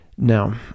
Now